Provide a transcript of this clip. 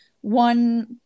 one